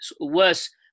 worse